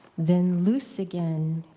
then loose again,